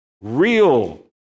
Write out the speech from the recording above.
real